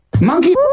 monkey